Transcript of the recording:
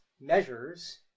measures